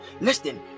Listen